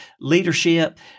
leadership –